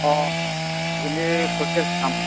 অঁ অঁ সেইখিনি চলি আছে কাম